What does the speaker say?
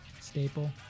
Staple